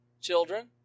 Children